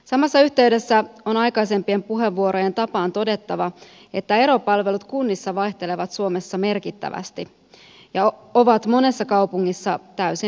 samassa yhteydessä on aikaisempien puheenvuorojen tapaan todettava että eropalvelut kunnissa vaihtelevat suomessa merkittävästi ja ovat monessa kaupungissa täysin riittämättömät